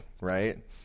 right